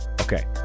Okay